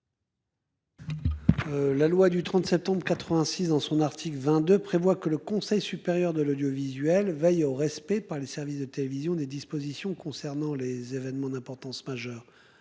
La loi du 37 tombe 86 dans son article 22 prévoit que le Conseil supérieur de l'audiovisuel veillent au respect par les services de télévision des dispositions concernant les événements d'importance majeure.